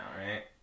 right